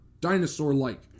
dinosaur-like